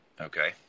Okay